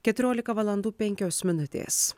keturiolika valandų penkios minutės